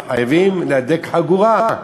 חייבים להדק חגורה,